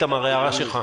איתמר, הערה שלך.